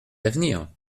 d’avenir